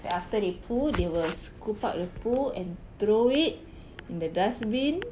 like after they poo they will scoop up the poo and throw it in the dustbin